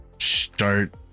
start